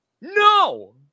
No